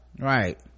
right